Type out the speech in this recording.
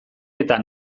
eta